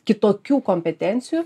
kitokių kompetencijų